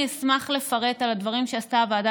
אני אשמח לפרט על הדברים שעשתה הוועדה